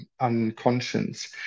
unconscious